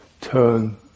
turn